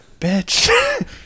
Bitch